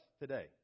today